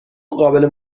قابل